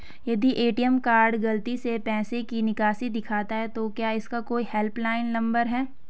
यदि ATM card गलती से पैसे की निकासी दिखाता है तो क्या इसका कोई हेल्प लाइन नम्बर है?